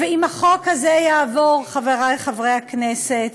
ואם החוק הזה יעבור, חברי חברי הכנסת,